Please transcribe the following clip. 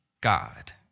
God